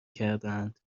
کردهاند